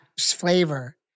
flavor